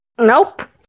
Nope